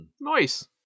Nice